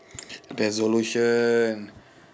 resolution